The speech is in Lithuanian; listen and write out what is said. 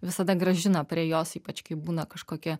visada grąžina prie jos ypač kai būna kažkokie